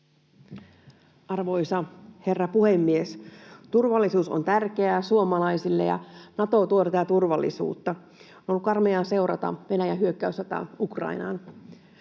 Arvoisa herra puhemies! Turvallisuus on tärkeää suomalaisille, ja Nato tuo tätä turvallisuutta. On karmeaa seurata Venäjän hyökkäyssotaa Ukrainaan.